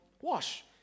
Wash